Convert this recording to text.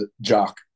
Jock